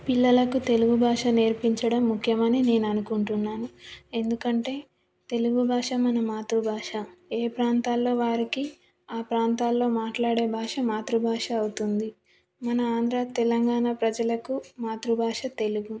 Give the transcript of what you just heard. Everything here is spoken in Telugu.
పిల్లలకు తెలుగు భాష నేర్పించడం ముఖ్యమని నేను అనుకుంటున్నాను ఎందుకంటే తెలుగు భాష మన మాతృభాష ఏ ప్రాంతాల్లో వారికి ఆ ప్రాంతాల్లో మాట్లాడే భాష మాతృభాష అవుతుంది మన ఆంధ్రా తెలంగాణ ప్రజలకు మాతృభాష తెలుగు